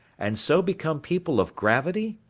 and so become people of gravity,